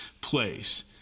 place